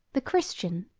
the christian,